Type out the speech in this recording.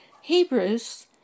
Hebrews